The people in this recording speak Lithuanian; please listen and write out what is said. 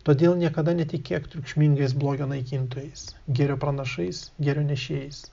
todėl niekada netikėk triukšmingais blogio naikintojais gėrio pranašais gėrio nešėjais